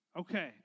Okay